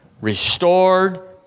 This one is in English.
restored